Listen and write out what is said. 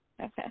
Okay